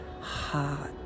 hot